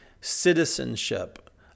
Citizenship